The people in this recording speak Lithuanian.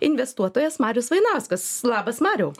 investuotojas marius vainauskas labas mariau